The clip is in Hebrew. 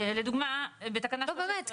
לא, באמת.